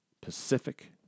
Pacific